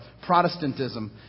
Protestantism